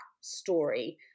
story